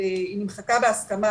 היא נמחקה בהסכמה,